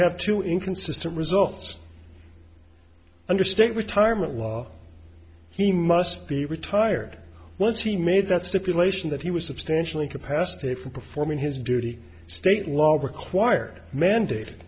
have to inconsistent results under state retirement law he must be retired once he made that stipulation that he was substantially capacity from performing his duty state law required mandate